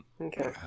Okay